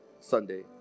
Sunday